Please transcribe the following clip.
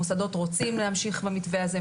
המוסדות רוצים להמשיך במתווה הזה.